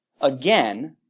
again